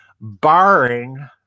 barring